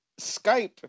Skype